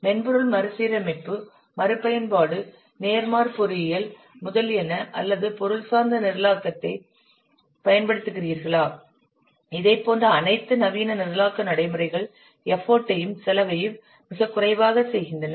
மென்பொருள் மறுசீரமைப்பு மறுபயன்பாடு நேர்மாற் பொறியியல் முதலியன அல்லது பொருள் சார்ந்த நிரலாக்கத்தைப் பயன்படுத்துகிறீர்களா இதைப் போன்ற அனைத்து நவீன நிரலாக்க நடைமுறைகள் எஃபர்ட்டையும் செலவையும் மிகக் குறைவாக செய்கின்றன